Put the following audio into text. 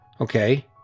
Okay